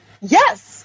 yes